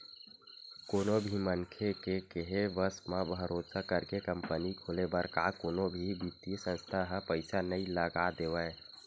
कोनो भी मनखे के केहे बस म, भरोसा करके कंपनी खोले बर का कोनो भी बित्तीय संस्था ह पइसा नइ लगा देवय